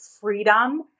freedom